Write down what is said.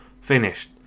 finished